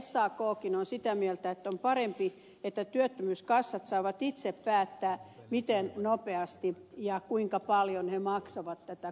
sakkin on sitä mieltä että on parempi että työttömyyskassat saavat itse päättää miten nopeasti ja kuinka paljon he maksavat tätä korvausta